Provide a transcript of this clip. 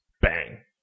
bang